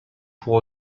pour